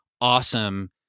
awesome